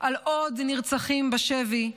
על עוד נרצחים בשבי,